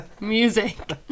Music